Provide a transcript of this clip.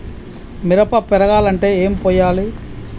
మిరప పెరగాలంటే ఏం పోయాలి?